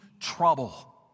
trouble